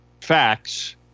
facts